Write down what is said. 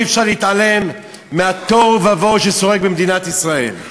אי-אפשר להתעלם מהתוהו ובוהו ששורר במדינת ישראל.